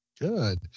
Good